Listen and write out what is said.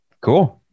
cool